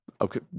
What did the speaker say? okay